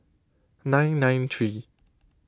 nine nine three